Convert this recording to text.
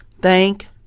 Thank